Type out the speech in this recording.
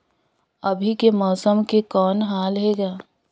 अभी के मौसम के कौन हाल हे ग?